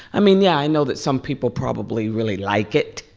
i mean, yeah, i know that some people probably really like it.